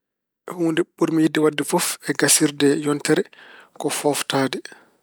Huunde ɓurmi yiɗde waɗde fof e gasirde yontere ko fooftaade.